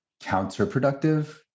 counterproductive